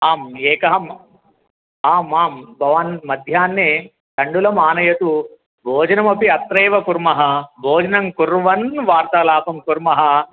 आम् एकः आम् आम् भवान् मध्याह्णे तण्डुलं आनयतु भोजनमपि अत्रैव कुर्मः भोजनं कुर्वन् वार्तालापं कुर्मः